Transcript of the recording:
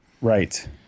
Right